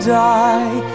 die